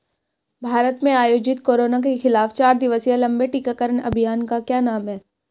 भारत में आयोजित कोरोना के खिलाफ चार दिवसीय लंबे टीकाकरण अभियान का क्या नाम है?